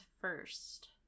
first